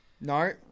no